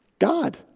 God